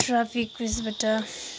traffic प्लेसबाट